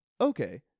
Okay